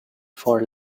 for